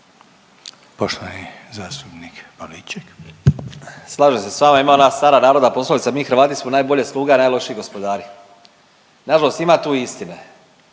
(Hrvatski suverenisti)** Slažem se s vama. Ima ona stara narodna poslovica, mi Hrvati smo najbolji sluge, a najlošiji gospodari. Nažalost ima tu istine.